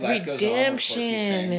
*Redemption*